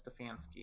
Stefanski